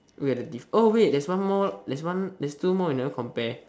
where are the diff~ oh wait there's one more there's one there's two more you never compare